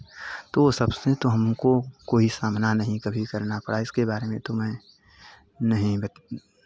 तो सबसे तो हमको कोई सामना नहीं कभी करना पड़ा इसके बारे में तो मैं नहीं बत